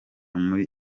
muri